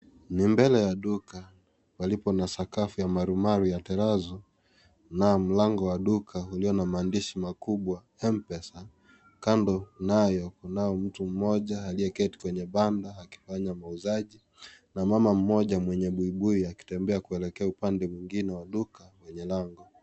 Ni mbele ya duka palipo na sakafu ya marumaru ya (cs) terazzo (cs). Na mlango wa duka iliyo na maandishi makubwa MPESA . Kando nayo kunao mtu mmoja aliyeketi kwenye banda akifanya mauzaji na mama mmoja mwenye buibui akitembea kuelekea upande mwingine wa duka lenye lango.